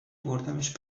بردمش